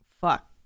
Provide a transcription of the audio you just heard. fuck